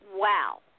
Wow